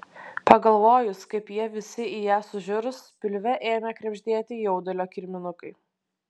pagalvojus kaip jie visi į ją sužiurs pilve ėmė krebždėti jaudulio kirminukai